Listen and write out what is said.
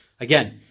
Again